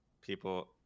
people